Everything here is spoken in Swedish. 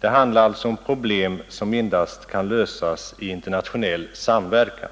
Det handlar alltså om problem som endast kan lösas i internationell samverkan.